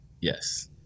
Yes